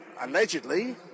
allegedly